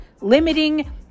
limiting